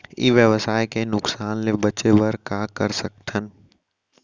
ई व्यवसाय के नुक़सान ले बचे बर का कर सकथन?